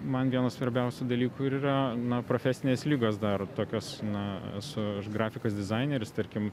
man vienas svarbiausių dalykų ir yra na profesinės ligos dar tokios na su grafikos dizaineris tarkim